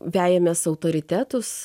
vejamės autoritetus